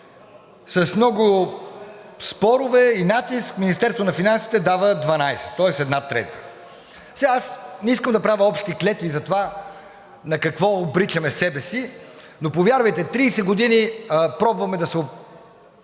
с много спорове и натиск Министерството на финансите дава 12, тоест една трета. Не искам да правя общи клетви за това на какво обричаме себе си, но повярвайте, 30 години пробваме с прости